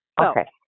Okay